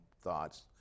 thoughts